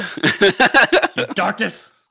Darkness